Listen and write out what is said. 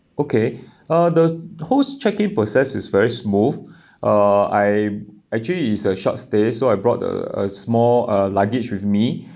okay uh the whole check in process is very smooth uh I actually is a short stay so I brought the a small a luggage with me